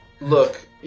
Look